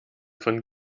von